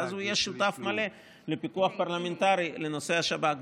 ואז הוא יהיה שותף מלא לפיקוח פרלמנטרי לנושא השב"כ.